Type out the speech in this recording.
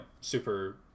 super